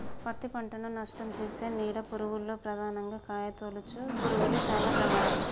పత్తి పంటను నష్టంచేసే నీడ పురుగుల్లో ప్రధానంగా కాయతొలుచు పురుగులు శానా ప్రమాదం